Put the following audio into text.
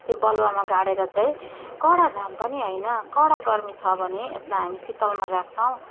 त्यो बलुवामा गाडेर चाहिँ कडा घाम पनि होइन कडा गर्मी छ भने यसलाई हामी शीतलमा राख्छौँ